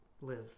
live